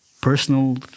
personal